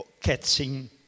catching